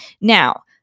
Now